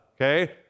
okay